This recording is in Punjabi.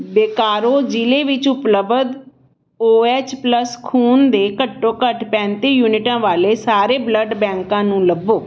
ਬੋਕਾਰੋ ਜ਼ਿਲ੍ਹੇ ਵਿੱਚ ਉਪਲਬਧ ਓ ਐੱਚ ਪਲੱਸ ਖੂਨ ਦੇ ਘੱਟੋ ਘੱਟ ਪੈਂਤੀ ਯੂਨਿਟਾਂ ਵਾਲੇ ਸਾਰੇ ਬਲੱਡ ਬੈਂਕਾਂ ਨੂੰ ਲੱਭੋ